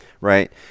right